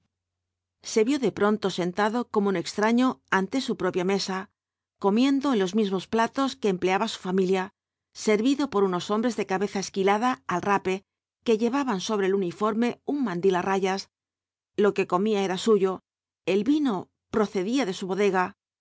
se vio de pronto sentado como un extraño ante su propia mesa comiendo en los mismos platos que empleaba su familia servido por unos hombres de cabeza esquilada al rape que llevaban sobre el uniforme un mandil á rayas lo que comía era suyo el vino procedía de su bodega